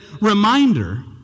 reminder